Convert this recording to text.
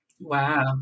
Wow